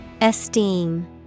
Esteem